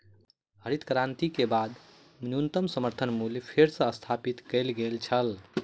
हरित क्रांति के बाद न्यूनतम समर्थन मूल्य फेर सॅ स्थापित कय गेल छल